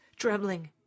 Trembling